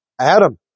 Adam